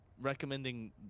recommending